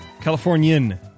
Californian